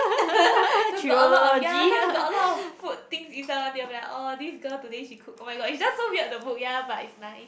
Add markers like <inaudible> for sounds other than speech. <laughs> cause got a lot of ya cause got a lot of food things inside one they'll be like orh this girl today she cook oh-my-god is just so weird the book ya but it's nice